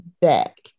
back